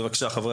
בבקשה, חברי